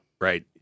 right